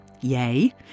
Yay